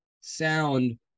sound